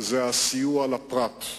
זה הסיוע לפרט.